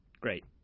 Great